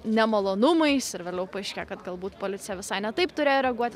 nemalonumais ir vėliau paaiškėja kad galbūt policija visai ne taip turėjo reaguot